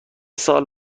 سال